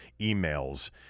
emails